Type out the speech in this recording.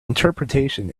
interpretation